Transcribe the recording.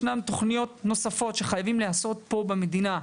ישנן תוכניות נוספות שחייבות להיעשות פה במדינה,